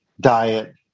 diet